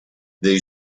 they